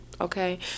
Okay